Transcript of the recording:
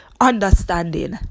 Understanding